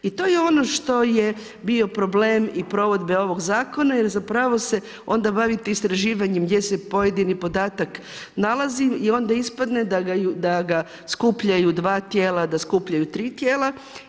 I to je ono što je bio problem i provedbe ovog zakona jer zapravo se onda bavite istraživanjem gdje se pojedini podatak nalazi i onda ispadne da ga skupljaju dva tijela, da skupljaju tri tijela.